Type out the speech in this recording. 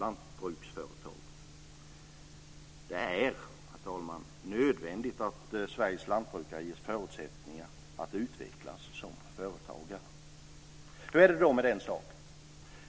Det är, herr talman, nödvändigt att Sveriges lantbrukare ges förutsättningar att utvecklas som företagare. Men hur är det då med den saken?